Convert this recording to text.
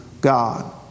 God